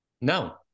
No